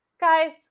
Guys